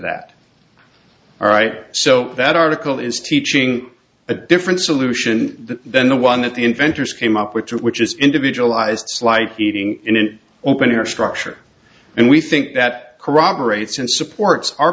that all right so that article is teaching a different solution than the one that the inventors came up with which is individualized slight feeding in an open air structure and we think that corroborates and supports our